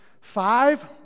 Five